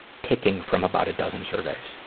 picking from about a dozen surveys,